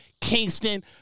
Kingston